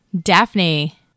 Daphne